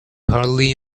hardly